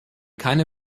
keine